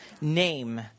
name